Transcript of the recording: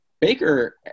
Baker